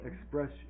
Express